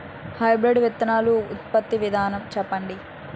Hybrid విత్తనాలు ఉత్పత్తి విధానం చెప్పండి?